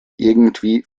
irgendwie